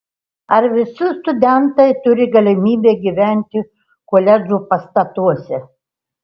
ar visi studentai turi galimybę gyventi koledžų pastatuose